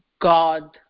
God